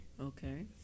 Okay